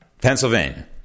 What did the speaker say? Pennsylvania